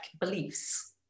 beliefs